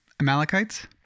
Amalekites